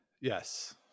yes